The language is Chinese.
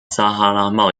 撒哈拉